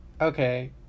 Okay